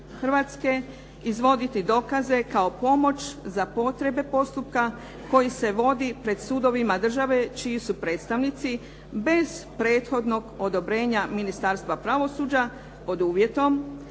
Hrvatske izvoditi dokaze kao pomoć za potrebe postupka koji se vodi pred sudovima države čiji su predstavnici bez prethodnog odobrenja Ministarstva pravosuđa pod uvjetom